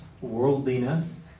worldliness